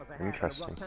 Interesting